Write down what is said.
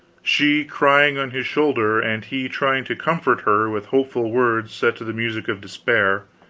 she crying on his shoulder, and he trying to comfort her with hopeful words set to the music of despair,